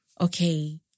okay